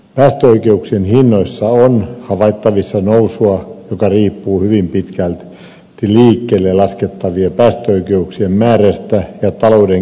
päästöoikeuksien hinnoissa on havaittavissa nousua joka riippuu hyvin pitkälti liikkeelle laskettavien päästöoikeuksien määrästä ja talouden kehittymisestä